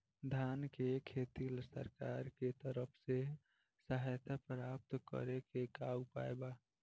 धान के खेती ला सरकार के तरफ से सहायता प्राप्त करें के का उपाय बा?